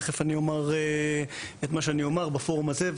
תכף אני אומר את מה שאני אומר בפורום הזה.